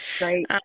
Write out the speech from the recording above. Right